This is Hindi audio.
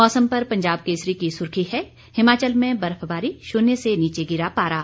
मौसम पर पंजाब केसरी की सुर्खी है हिमाचल में बर्फबारी शून्य से नीचे गिरा पारा